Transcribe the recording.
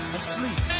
asleep